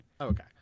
okay